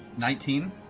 nineteen.